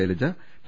Shailaja T